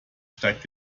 steigt